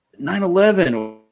9-11